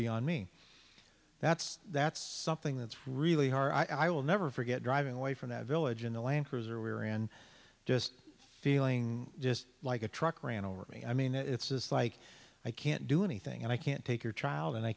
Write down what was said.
be on me that's that's something that's really hard i will never forget driving away from that village in the land cruiser we were and just feeling just like a truck ran over me i mean it's like i can't do anything and i can't take your child and i